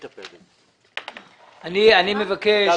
אני אטפל בזה.